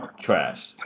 trash